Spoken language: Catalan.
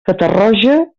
catarroja